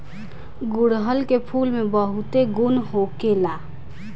गुड़हल के फूल में बहुते गुण होखेला